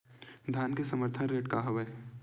धान के समर्थन रेट का हवाय?